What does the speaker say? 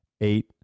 Eight